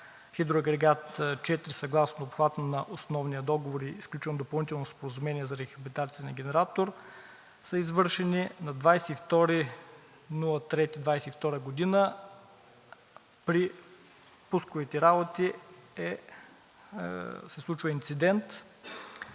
хидроагрегат 4, съгласно обхвата на основния договор, изключвам допълнителното споразумение за рехабилитация на генератор, са извършени на 22 март 2022 г. При пусковите работи се случва инцидент.